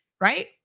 right